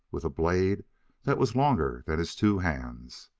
with a blade that was longer than his two hands?